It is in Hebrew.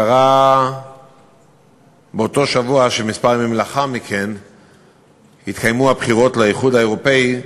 קרה ימים מספר לפני הבחירות לאיחוד האירופי,